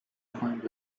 find